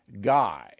guy